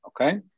okay